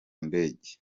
ndege